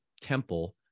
temple